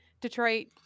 detroit